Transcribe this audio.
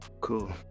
Cool